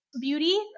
beauty